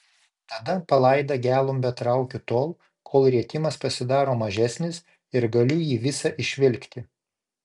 tada palaidą gelumbę traukiu tol kol rietimas pasidaro mažesnis ir galiu jį visą išvilkti